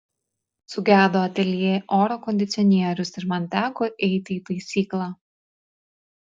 sugedo ateljė oro kondicionierius ir man teko eiti į taisyklą